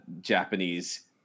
Japanese